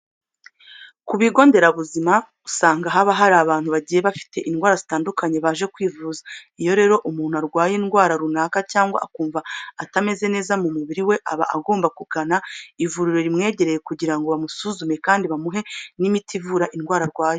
Ku bigo nderabuzima usanga haba hari abantu bagiye bafite indwara zitandukanye baje kwivuza. Iyo rero umuntu arwaye indwara runaka cyangwa akumva atameze neza mu muburi we, aba agomba kugana ivuriro rimwegereye kugira ngo bamusuzume kandi bamuhe n'imiti ivura indwara arwaye.